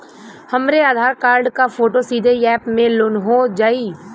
हमरे आधार कार्ड क फोटो सीधे यैप में लोनहो जाई?